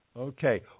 Okay